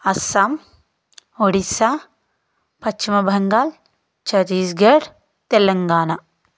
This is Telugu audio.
అస్సాం ఒడిస్సా పశ్చిమ బెంగాల్ ఛత్తీస్ఘడ్ తెలంగాణ